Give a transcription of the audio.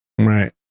Right